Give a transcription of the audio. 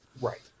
Right